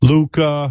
Luca